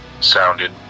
sounded